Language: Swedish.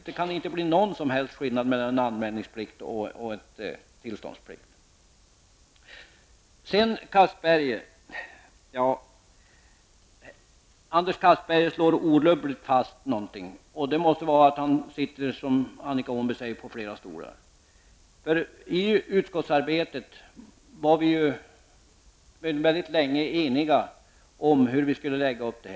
Det kan inte bli någon som helst skillnad mellan en anmälningsplikt och en tillståndsplikt. Anders Castberger slår orubbligt fast någonting, och det måste bero på att han, som Annika Åhnberg säger, sitter på flera stolar. I utskottsarbetet var vi mycket länge eniga om hur vi skulle lägga upp detta.